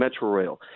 Metrorail